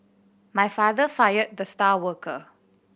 my father fired the star worker